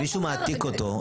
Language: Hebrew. מישהו מעתיק אותו,